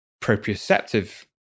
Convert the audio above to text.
proprioceptive